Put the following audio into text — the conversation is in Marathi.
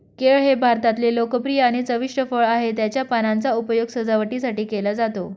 केळ हे भारतातले लोकप्रिय आणि चविष्ट फळ आहे, त्याच्या पानांचा उपयोग सजावटीसाठी केला जातो